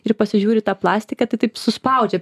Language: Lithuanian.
ir pasižiūri į tą plastiką tai taip suspaudžia